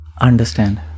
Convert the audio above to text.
Understand